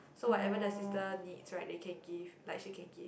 so whatever the sister needs right they can give like she can give